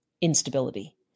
instability